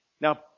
Now